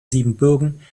siebenbürgen